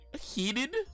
heated